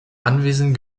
anwesen